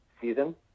season